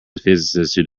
physicist